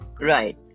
Right